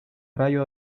rayo